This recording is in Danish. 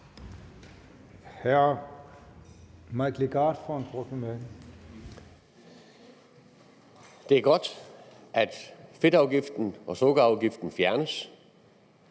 Det er godt, at fedtafgiften og sukkerafgiften fjernes,